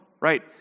Right